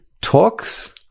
talks